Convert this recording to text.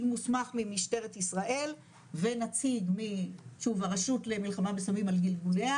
מוסמך ממשטרת ישראל ונציג מהרשות למלחמה בסמים על גלגוליה